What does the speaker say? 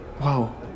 Wow